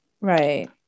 Right